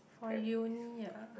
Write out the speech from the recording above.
for uni ah